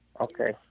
Okay